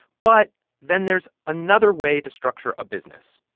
but then there's another way to structure a business,